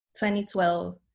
2012